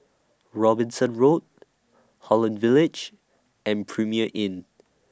Robinson Road Holland Village and Premier Inn